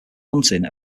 hunting